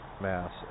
Mass